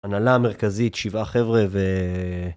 הנהלה המרכזית, שבעה חבר'ה ו...